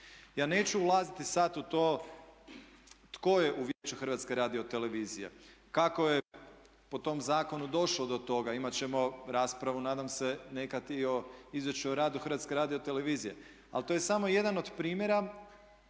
Ja neću ulaziti sad u to tko je u Vijeću HRT-a, kako je po tom zakonu došlo do toga. Imat ćemo raspravu nadam se nekad i o Izvješću o radu HRT-a. Ali to je samo jedan od primjera